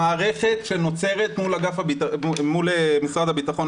המערכת שנוצרת מול משרד הביטחון,